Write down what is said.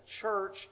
church